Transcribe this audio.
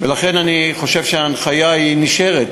לכן, אני חושב שההנחיה נשארת.